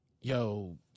yo